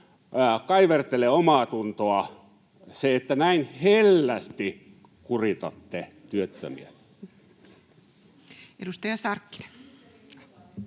kaivertele omaatuntoa se, että näin hellästi kuritatte työttömiä. [Pia Viitanen: